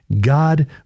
God